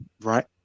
right